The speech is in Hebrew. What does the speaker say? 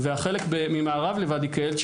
והחלק ממערב לוואדי קלט,